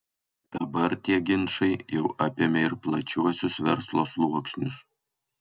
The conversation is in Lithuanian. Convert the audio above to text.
dabar tie ginčai jau apėmė ir plačiuosius verslo sluoksnius